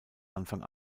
anfang